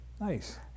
Nice